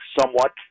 somewhat